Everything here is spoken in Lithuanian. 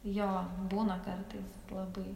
jo būna kartais labai